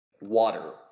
water